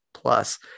Plus